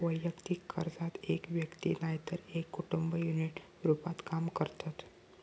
वैयक्तिक कर्जात एक व्यक्ती नायतर एक कुटुंब युनिट रूपात काम करतत